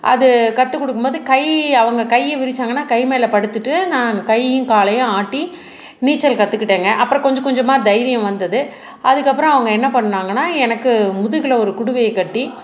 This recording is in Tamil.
அது கற்று கொடுக்கும் போது கை அவங்க கையை விரிச்சாங்கன்னா கை மேலே படுத்துட்டு நானும் கையயும் காலையும் ஆட்டி நீச்சல் கத்துக்கிட்டேங்க அப்புறம் கொஞ்சம் கொஞ்சமாக தைரியம் வந்தது அதுக்கு அப்புறம் அவங்க என்ன பண்ணாங்கன்னா எனக்கு முதுகில் ஒரு குடுவையை கட்டி